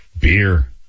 Beer